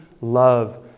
love